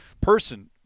person